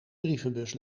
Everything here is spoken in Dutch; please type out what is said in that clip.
brievenbus